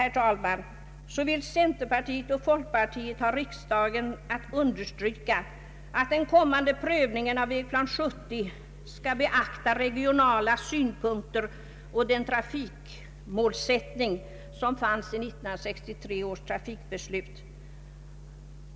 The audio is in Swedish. I reservation 5 vill centerpartiet och folkpartiet att riksdagen skall understryka att den kommande prövningen av Vägplan 1970 skall beakta regionala synpunkter och den trafikmålsättning som angavs i 1963 års trafikbeslut.